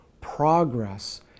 progress